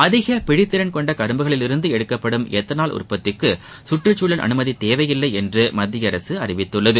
அதிக பிழித்திறள் கொண்ட கரும்புகளிலிருந்து எடுக்கப்படும் எத்தனால் உற்பத்திக்கு கற்றுக்குழல் அனுமதி தேவை இல்லை என்று மத்திய அரசு அறிவித்துள்ளது